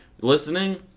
listening